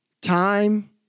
Time